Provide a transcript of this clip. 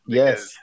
yes